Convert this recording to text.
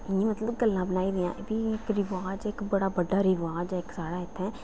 इयां मतलब गल्लां बनाई दियां एह् बी इक रवाज ऐ इक बड़ा बड्डा रवाज ऐ इक साढ़ै इत्थै